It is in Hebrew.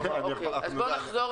היא חוקקה